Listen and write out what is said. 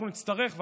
אנחנו נצטרך,